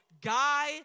guy